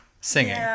Singing